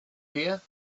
here